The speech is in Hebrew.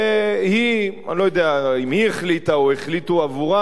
והיא אני לא יודע אם היא החליטה או החליטו עבורה